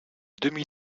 demi